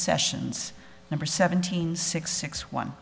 sessions number seventeen six six one